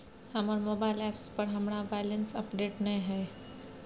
हमर mobile app पर हमरा बैलेंस अपडेट नय हय